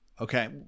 okay